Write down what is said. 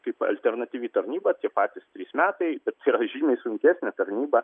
kaip alternatyvi tarnyba tie patys trys metai tai yra žymiai sunkesnė tarnyba